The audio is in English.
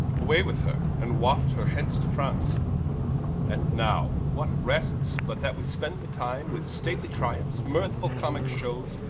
away with her, and waft her hence to france and now what rests, but that we spend the time with stately triumphes, mirthfull comicke shewes,